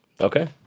okay